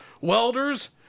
welders